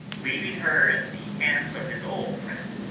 leaving her in the hands of his old friend,